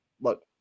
look